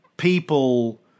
people